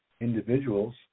individuals